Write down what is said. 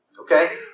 okay